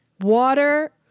water